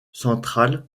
central